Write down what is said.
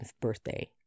birthday